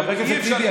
חבר הכנסת טיבי,